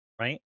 right